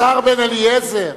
השר בן-אליעזר,